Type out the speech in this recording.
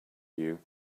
you